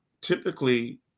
typically